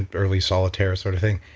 and early solitaire sort of thing.